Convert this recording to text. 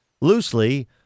loosely